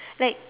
like